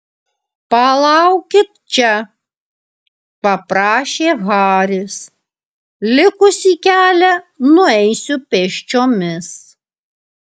palaukit čia paprašė haris likusį kelią nueisiu pėsčiomis